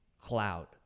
cloud